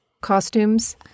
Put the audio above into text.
Costumes